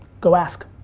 go ask.